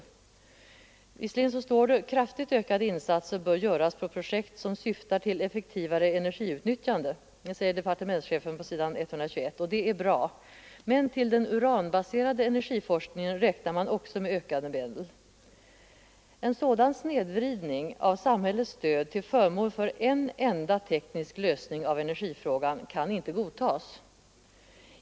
Departementschefen säger under S punkt 121: ”Kraftigt ökade insatser bör göras på projekt som syftar till effektivare energiutnyttjande.” Det är bra. Men till den uranbaserade energiforskningen räknar man också med ökade medel. En sådan snedvridning av samhällets stöd till förmån för en enda teknisk lösning av energifrågan kan inte godtas.